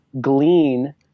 glean